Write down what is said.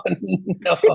No